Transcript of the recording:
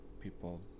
people